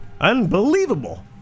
Unbelievable